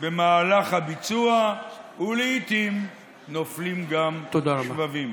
במהלך הביצוע, ולעיתים נופלים גם שבבים.